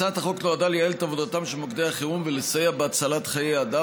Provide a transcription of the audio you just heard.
הצעת החוק נועדה לייעל את עבודתם של מוקדי החירום ולסייע בהצלת חיי אדם,